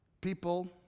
people